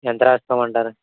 ఎంత రాసుకోమంటారు